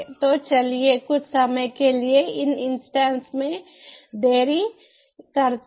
तो चलिए कुछ समय के लिए इन इन्स्टन्स में देरी करते हैं